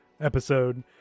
episode